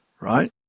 right